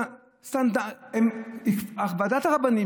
ועדת הרבנים,